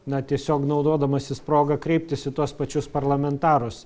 na tiesiog naudodamasis proga kreiptis į tuos pačius parlamentarus